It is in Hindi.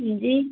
जी